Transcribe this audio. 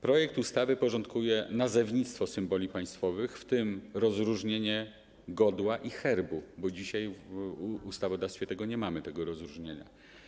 Projekt ustawy porządkuje nazewnictwo symboli państwowych, w tym wprowadza rozróżnienie godła i herbu, bo dzisiaj w ustawodawstwie nie mamy tego rozróżnienia.